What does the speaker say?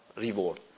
reward